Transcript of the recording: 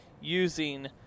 using